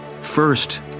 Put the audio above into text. first